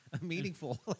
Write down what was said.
meaningful